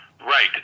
Right